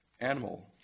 animal